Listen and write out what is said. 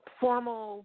formal